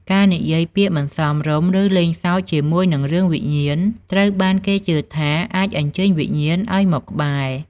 ការនិយាយពាក្យមិនសមរម្យ ឬលេងសើចជាមួយនឹងរឿងវិញ្ញាណ ត្រូវបានគេជឿថាអាចអញ្ជើញវិញ្ញាណឱ្យមកក្បែរ។